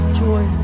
joy